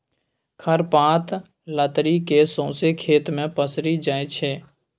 खर पात लतरि केँ सौंसे खेत मे पसरि जाइ छै